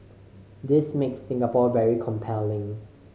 this makes Singapore very compelling